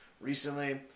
recently